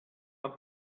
i’m